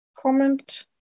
comment